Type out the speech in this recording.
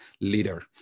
leader